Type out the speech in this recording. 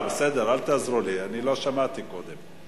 אל תעזרו לי, אני לא שמעתי קודם.